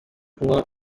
kunywa